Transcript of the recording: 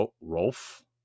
Rolf